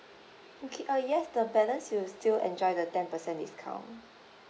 okay uh yes the balance you'll still enjoy the ten percent discount